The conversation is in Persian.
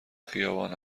خیابان